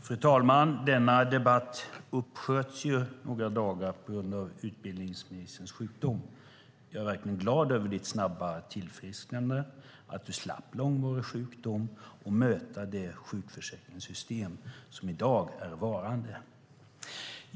Fru talman! Denna debatt sköts upp några dagar på grund av utbildningsministerns sjukdom. Jag är glad över ditt snabba tillfrisknande så att du slapp långvarig sjukdom och att möta det sjukförsäkringssystem som i dag är rådande.